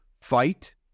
fight